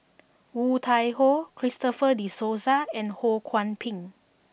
Woon Tai Ho Christopher De Souza and Ho Kwon Ping